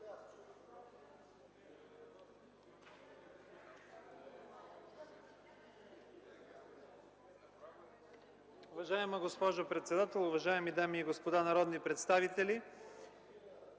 Уважаеми господин председател, уважаеми дами и господа народни представители,